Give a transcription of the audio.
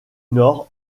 nord